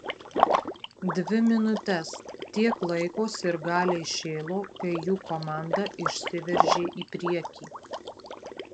dvi minutes tiek laiko sirgaliai šėlo kai jų komanda išsiveržė į priekį